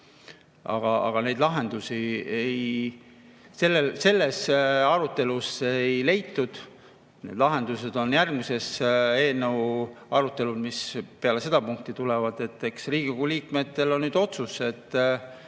Aga neid lahendusi selle arutelu käigus ei leitud. Need lahendused on järgmise eelnõu arutelul, mis peale seda punkti tulevad. Eks Riigikogu liikmetel on nüüd otsus,